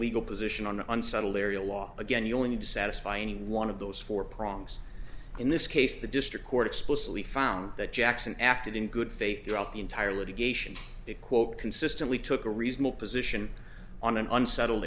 legal position on an unsettled area law again you only need to satisfy any one of those four prongs in this case the district court explicitly found that jackson acted in good faith about the entire litigation it quote consistently took a reasonable position on an unsettled